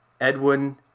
Edwin